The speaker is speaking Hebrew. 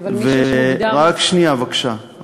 אבל מי שמוגדר, רק שנייה בבקשה.